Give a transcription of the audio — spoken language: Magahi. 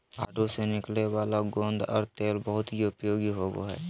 आडू से निकलय वाला गोंद और तेल बहुत उपयोगी होबो हइ